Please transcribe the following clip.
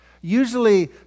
usually